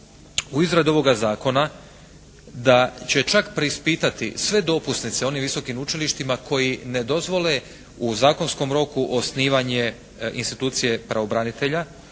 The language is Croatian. u izradi ovoga zakona da će čak preispitati sve dopusnice onim visokim učilištima koji ne dozvole u zakonskom roku osnivanje institucije pravobranitelja.